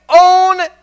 own